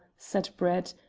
said brett,